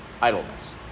idleness